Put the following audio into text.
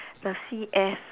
the C_F